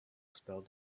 expel